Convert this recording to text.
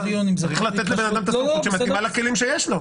צריך לתת לאדם סמכות שמתאימה לכלים שיש לו.